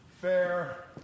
fair